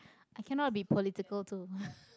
i cannot be political too